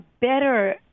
better